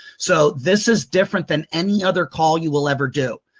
so this is different than any other call you will ever do,